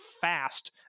fast